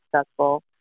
successful